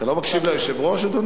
אתה לא מקשיב ליושב-ראש, אדוני?